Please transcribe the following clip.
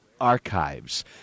archives